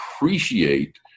appreciate